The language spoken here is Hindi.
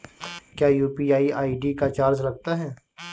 क्या यू.पी.आई आई.डी का चार्ज लगता है?